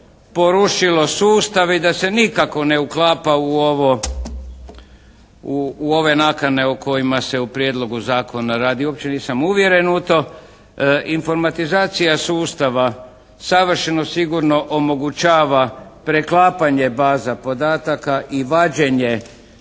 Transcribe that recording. porušilo sustav i da se nikako ne uklapa u ove nakane o kojima se u prijedlogu zakona radi. Uopće nisam uvjeren u to. Informatizacija sustava savršeno sigurno omogućava preklapanje baza podataka i vađenje